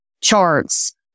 charts